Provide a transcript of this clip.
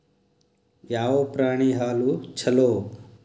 ಯಾವ ಪ್ರಾಣಿ ಹಾಲು ಛಲೋ?